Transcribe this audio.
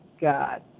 God